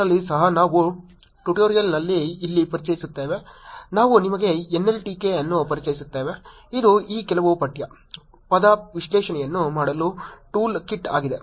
ಕೋರ್ಸ್ನಲ್ಲಿ ಸಹ ನಾವು ಟ್ಯುಟೋರಿಯಲ್ನಲ್ಲಿ ಇಲ್ಲಿ ಪರಿಚಯಿಸುತ್ತೇವೆ ನಾವು ನಿಮಗೆ NLTK ಅನ್ನು ಪರಿಚಯಿಸುತ್ತೇವೆ ಇದು ಈ ಕೆಲವು ಪಠ್ಯ ಪದ ವಿಶ್ಲೇಷಣೆಯನ್ನು ಮಾಡಲು ಟೂಲ್ ಕಿಟ್ ಆಗಿದೆ